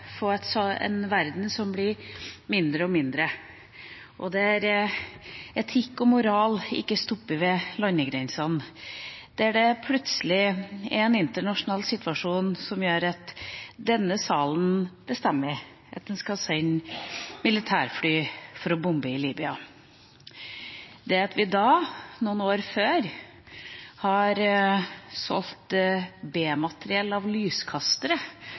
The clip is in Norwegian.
få en verden som blir mindre og mindre, der etikk og moral ikke stopper ved landegrensene, og der det plutselig er en internasjonal situasjon som gjør at denne salen bestemmer at det skal sendes militærfly for å bombe i Libya. Det at vi noen år før har solgt B-materiell av lyskastere